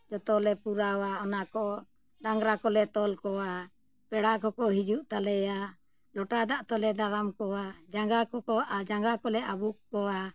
ᱡᱚᱛᱚ ᱞᱮ ᱯᱩᱨᱟᱹᱣᱟ ᱚᱱᱟ ᱠᱚ ᱰᱟᱝᱨᱟ ᱠᱚᱞᱮ ᱛᱚᱞ ᱠᱚᱣᱟ ᱯᱮᱲᱟ ᱠᱚᱠᱚ ᱦᱤᱡᱩᱜ ᱛᱟᱞᱮᱭᱟ ᱞᱚᱴᱟ ᱫᱟᱜ ᱛᱮᱞᱮ ᱫᱟᱨᱟᱢ ᱠᱚᱣᱟ ᱡᱟᱸᱜᱟ ᱠᱚᱠᱚ ᱡᱟᱸᱜᱟ ᱠᱚᱞᱮ ᱟᱵᱩᱠ ᱠᱚᱣᱟ